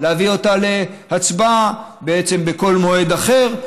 להביא אותה להצבעה בעצם בכל מועד אחר.